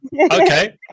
Okay